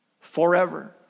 forever